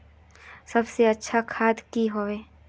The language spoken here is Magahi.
सबसे अच्छा खाद की होय?